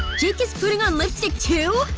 jake is putting on lipstick too!